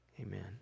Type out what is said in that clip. Amen